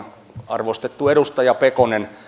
arvostettu edustaja pekonen